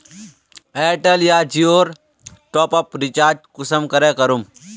Airtel या जियोर top up recharge कुंसम करे करूम?